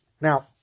Now